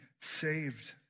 saved